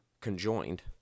conjoined